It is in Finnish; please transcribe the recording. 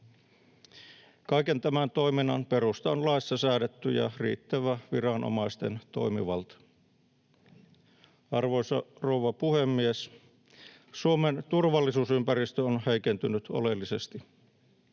Kaiken tämän toiminnan perusta on laissa säädetty ja riittävä viranomaisten toimivalta. Arvoisa rouva puhemies! Suomen turvallisuusympäristö on heikentynyt oleellisesti.